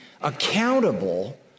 accountable